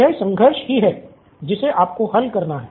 यह संघर्ष ही है जिसे आपको हल करना है